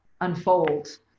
unfold